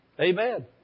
Amen